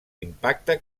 impacte